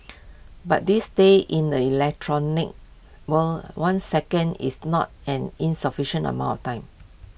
but these days in the electronic world one second is not an insufficient amount of time